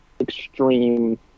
extreme